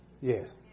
Yes